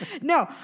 No